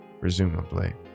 presumably